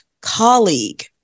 colleague